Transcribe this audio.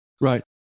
Right